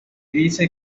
dice